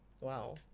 Wow